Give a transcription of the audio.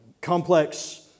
complex